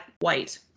white